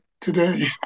today